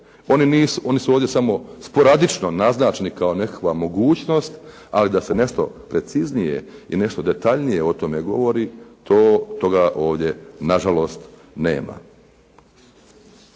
Oni su ovdje samo sporadično naznačeni kao nekakva mogućnost, ali da se nešto preciznije i nešto detaljnije o tome govori, toga ovdje nažalost ovdje